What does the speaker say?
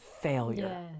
failure